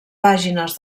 pàgines